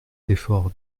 effort